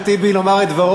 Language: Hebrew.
הזאת, בלי שום קשר.